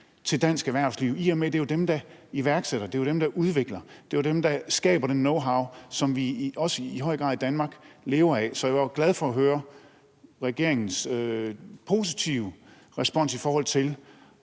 til dansk erhvervsliv, i og med at det jo er dem, der iværksætter, det er dem, der udvikler, det er dem, der skaber den knowhow, som vi også i høj grad i Danmark lever af. Så jeg var glad for at høre regeringens positive respons, i forhold til